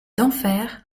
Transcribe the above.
denfert